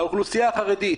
האוכלוסייה החרדית,